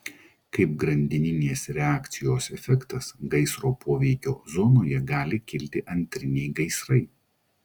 kaip grandininės reakcijos efektas gaisro poveikio zonoje gali kilti antriniai gaisrai